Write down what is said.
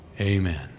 Amen